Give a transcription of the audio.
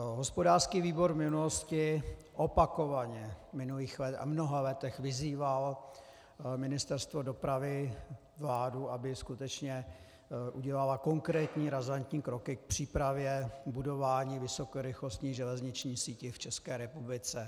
Hospodářský výbor v minulosti, opakovaně v minulých mnoha letech, vyzýval Ministerstvo dopravy, vládu, aby skutečně udělala konkrétní razantní kroky k přípravě budování vysokorychlostních železničních sítí v České republice.